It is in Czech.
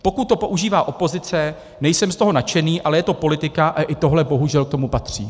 Pokud to používá opozice, nejsem z toho nadšený, ale je to politika a i tohle bohužel k tomu patří.